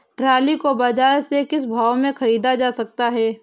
Trolley को बाजार से किस भाव में ख़रीदा जा सकता है?